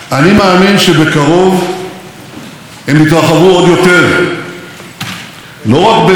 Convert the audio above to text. לא רק בהסתר אלא בהדרגה גם בגלוי.